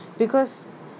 because